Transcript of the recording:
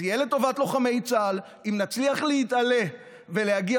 זה יהיה לטובת לוחמי צה"ל אם נצליח להתעלות ולהגיע